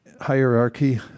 hierarchy